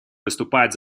выступает